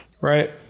Right